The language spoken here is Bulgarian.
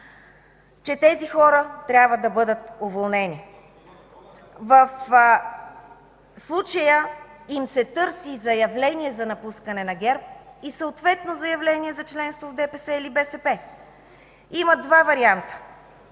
че тези хора трябва да бъдат уволнени. (Шум и реплики от ДПС.) В случая им се търси заявление за напускане на ГЕРБ и съответно заявление за членство в ДПС или БСП. Има два варианта